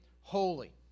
holy